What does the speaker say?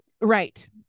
right